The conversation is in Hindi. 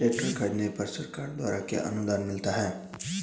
ट्रैक्टर खरीदने पर सरकार द्वारा क्या अनुदान मिलता है?